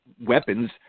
weapons